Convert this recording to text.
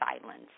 silence